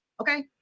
okay